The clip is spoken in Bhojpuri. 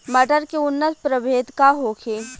मटर के उन्नत प्रभेद का होखे?